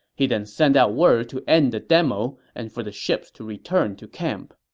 he then sent out word to end the demo and for the ships to return to camp.